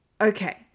Okay